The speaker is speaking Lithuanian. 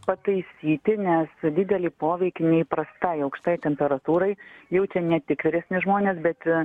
pataisyti nes didelį poveikį neįprastai aukštai temperatūrai jaučia ne tik vyresni žmonės bet